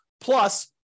plus